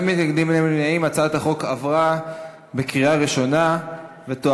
ההצעה להעביר את הצעת חוק מבקר המדינה (תיקון